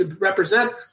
represent